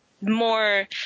more